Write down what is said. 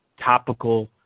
topical